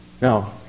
Now